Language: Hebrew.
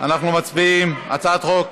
אנחנו מצביעים על הצעת החוק.